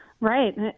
Right